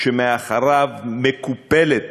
שמאחוריו מקופלת